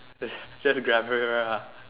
just just Grab everywhere lah